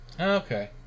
Okay